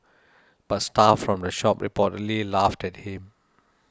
but staff from the shop reportedly laughed at him